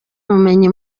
ubumenyi